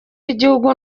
w’igihugu